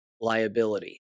liability